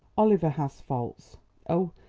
oliver has faults oh,